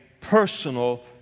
personal